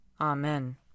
Amen